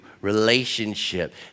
relationship